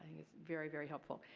very, very helpful.